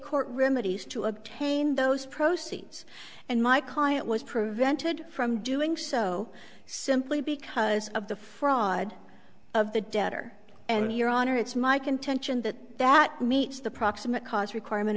court remedies to obtain those proceeds and my client was prevented from doing so simply because of the fraud of the debtor and your honor it's my contention that that meets the proximate cause requirement